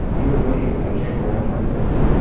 either way, i can't go on like this.